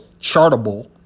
Chartable